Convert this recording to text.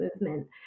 movement